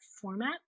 format